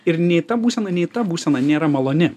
ir nei ta būsena nei ta būsena nėra maloni